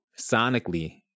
sonically